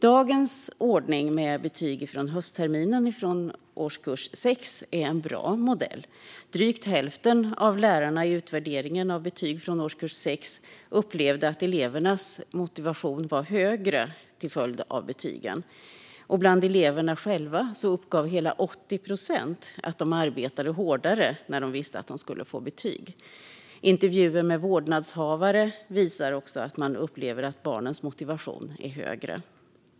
Dagens ordning med betyg från höstterminen i årskurs 6 är en bra modell. Drygt hälften av lärarna i utvärderingen av betyg från årskurs 6 upplevde att elevernas motivation blev högre till följd av betygen. Bland eleverna själva uppgav hela 80 procent att de arbetade hårdare när de visste att de skulle få betyg. Intervjuer med vårdnadshavare visade också att man upplevde att barnens motivation blev högre.